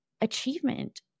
achievement